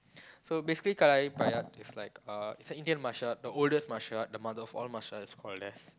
so basically Kalarippayattu is like uh is a Indian martial art the oldest martial art the mother of all martial arts or less